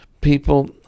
People